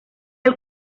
del